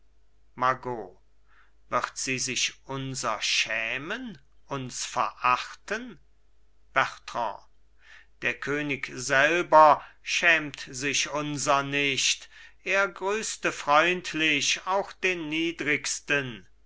margot wird sie sich unser schämen uns verachten bertrand der könig selber schämt sich unser nicht er grüßte freundlich auch den niedrigsten